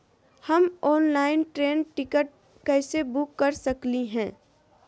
हम online train ticket कैसे book कर सकली हई?